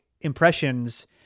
impressions